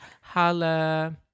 Holla